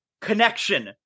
connection